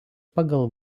pagal